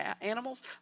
animals